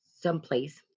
someplace